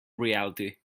reality